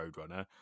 Roadrunner